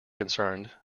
concerned